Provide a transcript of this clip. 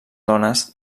dones